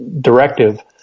directive